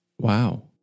Wow